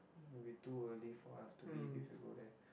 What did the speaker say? that will be too early for us to eat if you go there